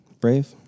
Brave